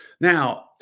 Now